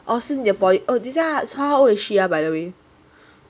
哦是你的 poly oh 等下 so how old is she uh by the way